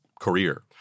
career